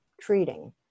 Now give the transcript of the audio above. treating